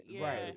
Right